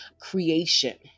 creation